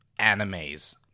animes